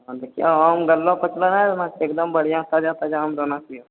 आम गललऽ पचलऽ नहि एकदम बढ़िआँ ताजा ताजा आम रहना चाहिए